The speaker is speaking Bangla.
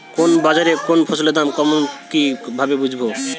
কোন বাজারে কোন ফসলের দাম কেমন কি ভাবে বুঝব?